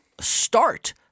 start